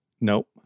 Nope